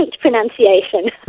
pronunciation